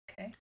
okay